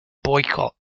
boycott